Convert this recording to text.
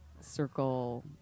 circle